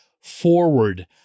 forward